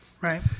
Right